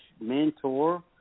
mentor